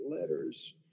letters